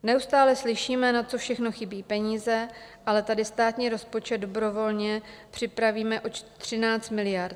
Neustále slyšíme, na co všechno chybí peníze, ale tady státní rozpočet dobrovolně připravíme o 13 miliard.